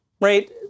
right